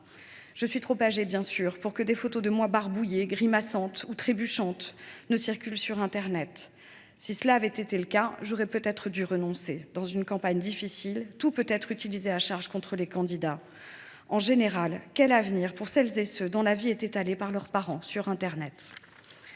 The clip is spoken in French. Je suis trop âgée, bien sûr, pour que des photos de moi barbouillée, grimaçante ou trébuchante circulent sur internet. Si cela avait été le cas, j’aurais peut être dû renoncer à me présenter aux élections. Dans une campagne difficile, tout peut être utilisé à charge contre les candidats. De manière plus générale, quel avenir auront celles et ceux dont la vie est étalée par leurs parents sur internet ?